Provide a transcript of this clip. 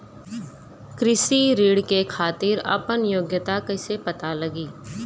कृषि ऋण के खातिर आपन योग्यता कईसे पता लगी?